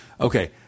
Okay